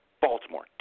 baltimore